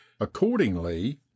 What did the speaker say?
accordingly